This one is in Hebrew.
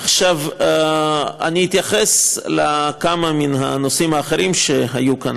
עכשיו, אני אתייחס לכמה מהנושאים האחרים שהיו כאן.